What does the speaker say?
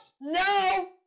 No